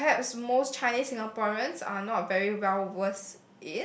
I perhaps most Chinese Singaporean are not very well versed